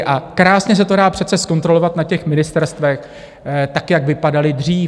A krásně se to dá přece zkontrolovat na těch ministerstvech, tak jak vypadala dřív.